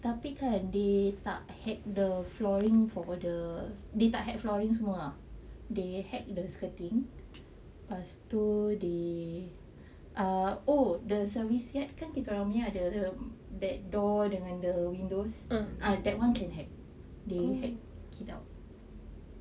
tapi kan they tak hack the flooring for the they tak hack flooring semua ah they hack the skirting pastu they ah oh the service yard kan kita punya ada the that door the windows ah that [one] can hack they hack it out